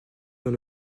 dans